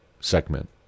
segment